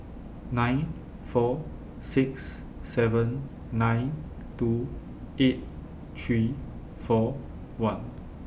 nine four six seven nine two eight three four one